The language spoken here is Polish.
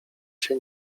się